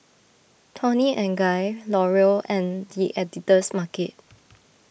Toni and Guy L'Oreal and the Editor's Market